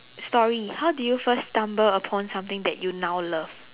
story how do you first stumble upon something that you now love